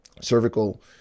Cervical